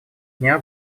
дня